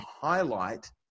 highlight